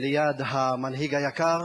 ליד המנהיג היקר,